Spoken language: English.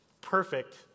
perfect